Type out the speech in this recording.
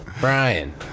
Brian